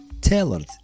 tailored